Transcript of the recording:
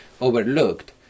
overlooked